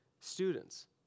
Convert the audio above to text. students